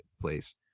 place